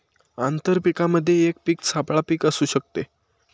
आंतर पीकामध्ये एक पीक सापळा पीक असू शकते